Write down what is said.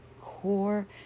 core